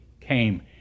came